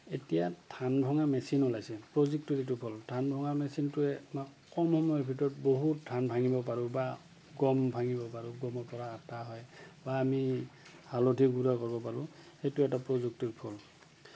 এতিয়া ধান ভঙা মেচিন ওলাইছে প্ৰযুক্তি ফল ধান ভঙা মেচিনটোৱে কম সময়ৰ ভিতৰত বহুত ধান ভাঙিব পাৰোঁ বা গম ভাঙিব পাৰোঁ গমৰ পৰা আটা হয় বা আমি হালধি গুড়া কৰিব পাৰোঁ সেইটো এটা প্ৰযুক্তিৰ ফল